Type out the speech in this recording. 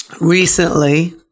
Recently